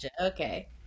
okay